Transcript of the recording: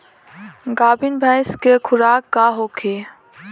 गाभिन भैंस के खुराक का होखे?